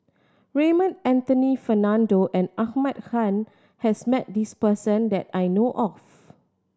Raymond Anthony Fernando and Ahmad Khan has met this person that I know of